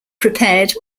prepared